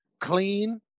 clean